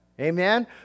Amen